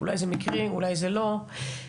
אולי זה מקרי, אולי זה לא, בסדר.